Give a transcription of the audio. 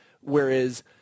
Whereas